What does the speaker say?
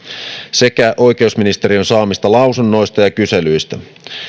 sekä oikeusministeriön saamista lausunnoista ja kyselyistä